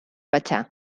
pachá